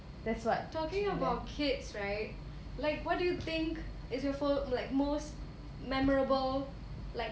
thinking about kids right like what do you think is your like most memorable like